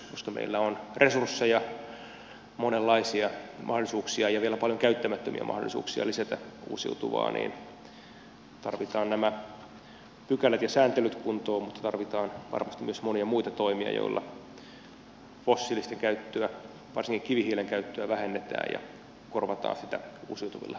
koska meillä on resursseja monenlaisia mahdollisuuksia ja vielä paljon käyttämättömiä mahdollisuuksia lisätä uusiutuvaa niin tarvitaan nämä pykälät ja sääntelyt kuntoon mutta tarvitaan varmasti myös monia muita toimia joilla fossiilisten käyttöä varsinkin kivihiilen käyttöä vähennetään ja korvataan sitä uusiutuvilla energialähteillä